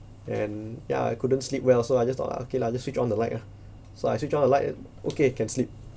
and ya I couldn't sleep well so I just thought ah okay lah just switch on the light ah so I switch on the light okay can sleep